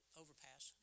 overpass